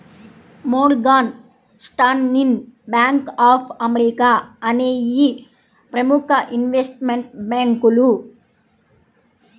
Morgan Stanley, bank of America అనేయ్యి ప్రముఖ investment బ్యేంకులు